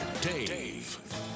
Dave